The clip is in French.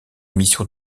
missions